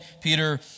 Peter